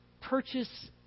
purchase